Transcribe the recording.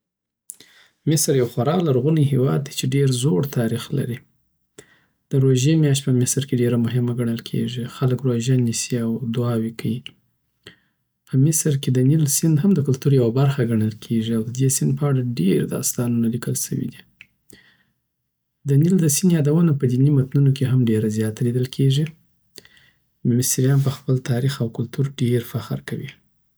مصر یوخوار لرغونی هیواد دی چی ډېر زوړ تاریخ لری د روژی میاشت په مصر کی ډېره مهمه ګڼل کیږی، خلک روژه نیسی او دعاوی کوی په مصر کی د نیل سیند هم د کلتور برخه ګڼل کیږی او ددی سیند په اړه ډیر داستانونه لیکل سوی دی دنیل د سیند یادونه په دینی متنونو کی هم ډیر زیاته لیدل کیړی مصرایان په خپل تاریخ او کلتور ډېر فخر کوی